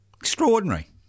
Extraordinary